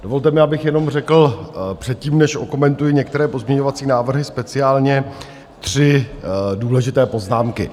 Dovolte mi, abych jenom řekl předtím, než okomentuji některé pozměňovací návrhy, speciálně tři důležité poznámky.